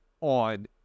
on